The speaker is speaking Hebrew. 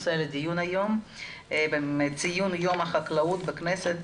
הרווחה והבריאות והנושא לדיון היום הוא במסגרת ציון יום החקלאות בכנסת,